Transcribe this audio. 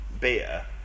beer